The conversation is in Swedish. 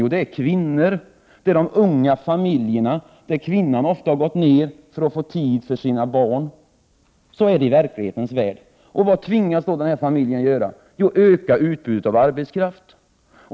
Jo, det är kvinnor i de unga familjerna, där kvinnan ofta har gått ned i arbetstid för att få tid för sina barn. Så är det i verklighetens värld. Vad tvingas den familjen då göra? Jo, öka sitt utbud av arbetskraft.